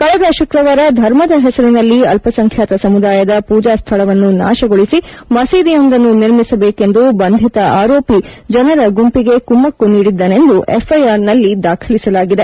ಕಳೆದ ಶುಕ್ರವಾರ ಧರ್ಮದ ಹೆಸರಿನಲ್ಲಿ ಅಲ್ಪಸಂಖ್ಯಾತ ಸಮುದಾಯದ ಪೂಜಾಸ್ಥಳವನ್ನು ನಾಶಗೊಳಿಸಿ ಮಸೀದಿಯೊಂದನ್ನು ನಿರ್ಮಿಸಬೇಕೆಂದು ಬಂಧಿತ ಆರೋಪಿ ಜನರ ಗುಂಪಿಗೆ ಕುಮ್ಮಕ್ಕು ನೀಡಿದ್ದನೆಂದು ಎಫ್ಐಆರ್ನಲ್ಲಿ ದಾಖಲಿಸಲಾಗಿದೆ